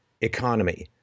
economy